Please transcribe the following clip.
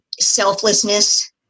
Selflessness